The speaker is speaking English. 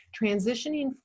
transitioning